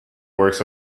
works